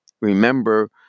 remember